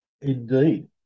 Indeed